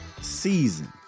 season